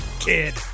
kid